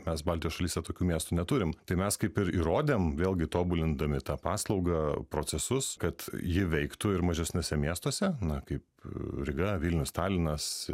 mes baltijos šalyse tokių miestų neturim tai mes kaip ir įrodėm vėlgi tobulindami tą paslaugą procesus kad ji veiktų ir mažesniuose miestuose na kaip ryga vilnius talinas